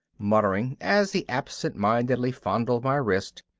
muttering, as he absentmindedly fondled my wrist,